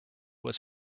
was